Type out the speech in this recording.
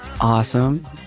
Awesome